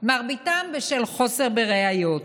מרביתם בשל חוסר בראיות.